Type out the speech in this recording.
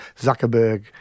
Zuckerberg